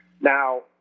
Now